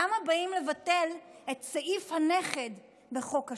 למה באים לבטל את סעיף הנכד בחוק השבות.